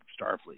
Starfleet